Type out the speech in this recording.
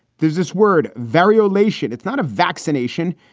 there's this word vario lation. it's not a vaccination.